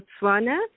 Botswana